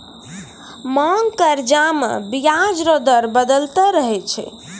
मांग कर्जा मे बियाज रो दर बदलते रहै छै